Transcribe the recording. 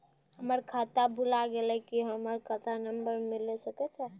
हमर खाता भुला गेलै, की हमर खाता नंबर मिले सकय छै?